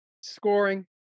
Scoring